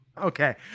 Okay